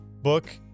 book